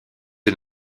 est